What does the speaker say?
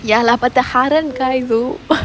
ya lah but the harden guy though